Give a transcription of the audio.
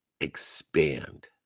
expand